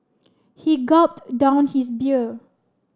he gulped down his beer